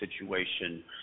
situation